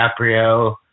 DiCaprio